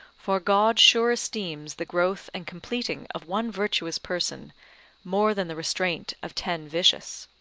for god sure esteems the growth and completing of one virtuous person more than the restraint of ten vicious.